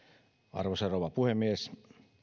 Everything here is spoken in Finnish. arvoisa rouva puhemies